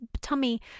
tummy